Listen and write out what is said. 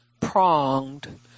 pronged